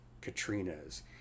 Katrina's